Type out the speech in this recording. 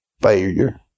Failure